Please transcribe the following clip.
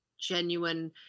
genuine